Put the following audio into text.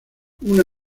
una